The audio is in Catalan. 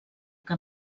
que